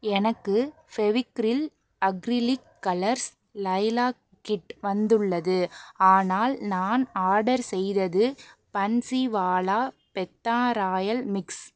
எனக்கு Fevicryl acrylic colours lilac kit வந்துள்ளது ஆனால் நான் ஆர்டர் செய்தது பன்ஸிவாலா பெத்தா ராயல் மிக்ஸ்